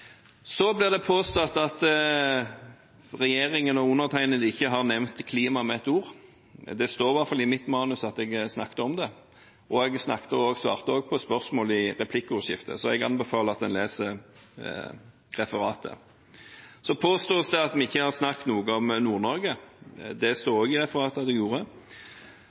Det blir påstått at regjeringen og undertegnede ikke har nevnt klima med et ord. Det står i hvert fall i mitt manus at jeg snakket om det, og jeg svarte også på spørsmål om det i replikkordskiftet. Jeg anbefaler at en leser referatet. Så påstås det at vi ikke har snakket noe om Nord-Norge. Det vil det også stå i referatet at jeg gjorde.